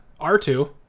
R2